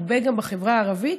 הרבה גם בחברה הערבית,